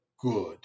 good